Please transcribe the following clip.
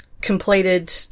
completed